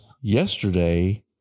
yesterday